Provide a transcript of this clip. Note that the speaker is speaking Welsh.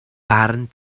barn